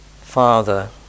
father